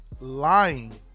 lying